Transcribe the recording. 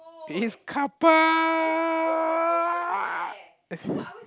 is couple